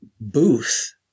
booth